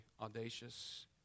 audacious